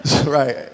right